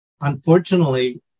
unfortunately